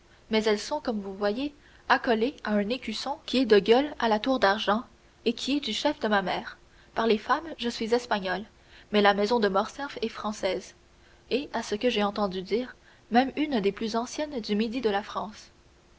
mais elles sont comme vous voyez accolées à un écusson qui est de gueule à la tour d'argent et qui est du chef de ma mère par les femmes je suis espagnol mais la maison de morcerf est française et à ce que j'ai entendu dire même une des plus anciennes du midi de la france